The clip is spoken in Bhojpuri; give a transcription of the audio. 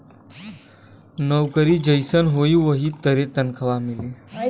नउकरी जइसन होई वही तरे तनखा मिली